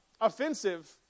offensive